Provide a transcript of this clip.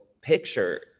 picture